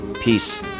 Peace